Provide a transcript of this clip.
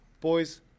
boys